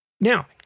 Now